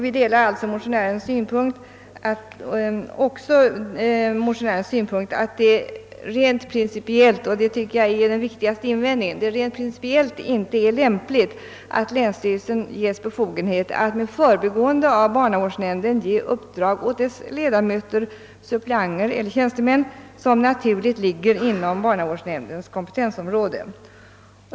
Vi delar alltså motionärens synpunkt att det rent principiellt — och det tycker jag är den viktigaste invändningen — inte är lämpligt att länssty relsen ges befogenhet att med förbigående av barnavårdsnämnden åt dess ledamöter, suppleanter eller tjänstemän ge uppdrag, som naturligt faller inom nämndens kompetensområde.